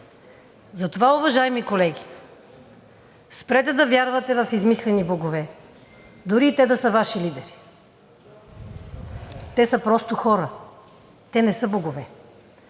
Затова, уважаеми колеги, спрете да вярвате в измислени богове, дори и те да са Ваши лидери. Те са просто хора, те не са богове.